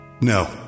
No